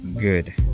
good